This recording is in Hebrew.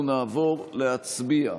לפיכך אנחנו נעבור להצביע,